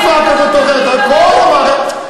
במערכת הממלכתית, וגם חברי יכולים להגיד את זה.